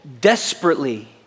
desperately